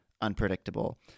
unpredictable